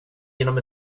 genom